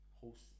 host